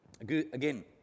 Again